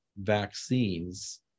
vaccines